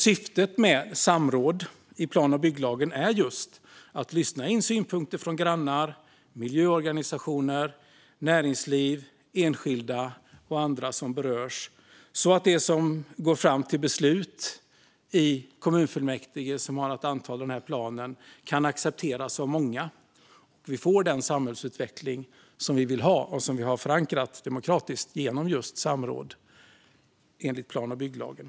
Syftet med samråd i plan och bygglagen är just att lyssna in synpunkter från grannar, miljöorganisationer, näringsliv, enskilda och andra som berörs så att det som går fram till beslut i kommunfullmäktige, som ska anta planen, kan accepteras av många. Vi får den samhällsutveckling som vi vill ha och som vi har förankrat demokratiskt genom just samråd enligt plan och bygglagen.